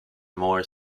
more